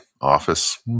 office